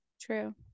True